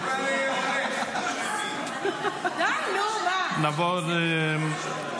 שיבוא --- לציבור למה --- בסדר גמור.